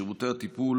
שירותי הטיפול